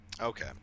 Okay